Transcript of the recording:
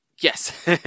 Yes